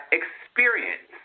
experience